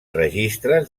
registres